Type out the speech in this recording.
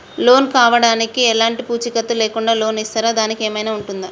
Loan కావడానికి ఎలాంటి పూచీకత్తు లేకుండా లోన్ ఇస్తారా దానికి ఏమైనా ఉంటుందా?